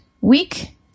week